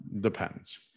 depends